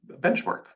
benchmark